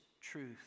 truth